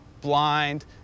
blind